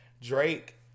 Drake